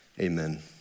Amen